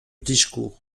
discours